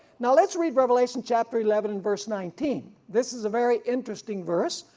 now let's read revelation chapter eleven and verse nineteen this is a very interesting verse,